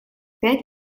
пять